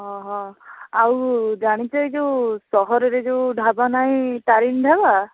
ଆଉ ଜାଣିଛ ଏ ଯେଉଁ ସହରରେ ଯେଉଁ ଢାବା ନାହିଁ ତାରିଣୀ ଢାବା